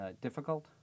difficult